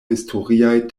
historiaj